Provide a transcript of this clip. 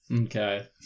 Okay